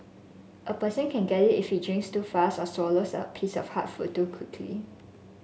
a person can get it if he drinks too fast or swallows a piece of hard food too quickly